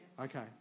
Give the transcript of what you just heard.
Okay